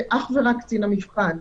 זה אך ורק קצין המבחן.